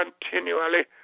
continually